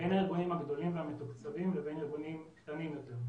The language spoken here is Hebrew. בין הארגונים הגדולים והמתוקצבים לבין ארגונים קטנים יותר.